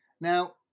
Now